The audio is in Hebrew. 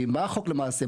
כי מה החוק למעשה,